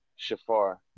Shafar